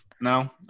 No